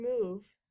move